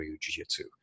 Jiu-Jitsu